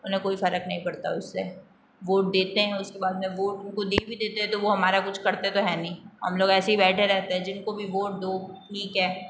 उन्हें कोई फ़र्क नहीं पड़ता उससे वोट देते हैं उसके बाद में वोट उनको दे भी देते हैं तो वो हमारा कुछ करते तो हैं नहीं हम लोग तो ऐसे ही बैठे रहते हैं जिनको भी वोट दो ठीक है